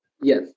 yes